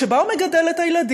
שבה הוא מגדל את הילדים,